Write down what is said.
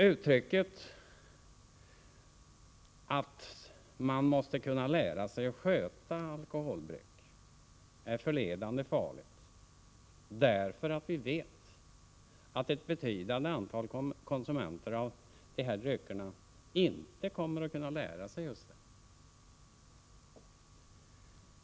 Uttrycket att ”man måste kunna lära sig att sköta alkoholbruk” är förledande farligt, därför att vi vet att ett betydande antal konsumenter av de här dryckerna inte kommer att kunna lära sig detta.